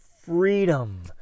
freedom